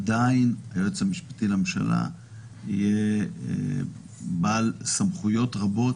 עדיין היועץ המשפטי לממשלה יהיה בעל סמכויות רבות,